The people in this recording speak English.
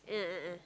a'ah a'ah